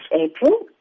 April